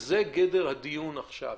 זהו גדר הדיון עכשיו.